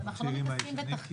המכשירים הישנים?